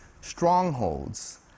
strongholds